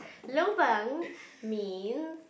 lobang means